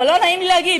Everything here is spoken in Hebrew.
אבל לא נעים לי להגיד,